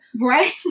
Right